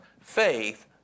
Faith